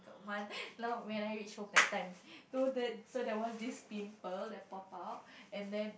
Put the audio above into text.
one when I reached home that time noted so there was this pimple that popped out and then